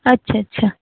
अच्छा अच्छा